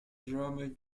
drummer